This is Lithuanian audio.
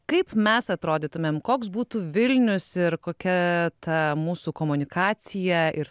kaip mes atrodytumėm koks būtų vilnius ir kokia ta mūsų komunikacija ir